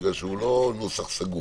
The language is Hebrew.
בגלל שהוא לא נוסח סגור.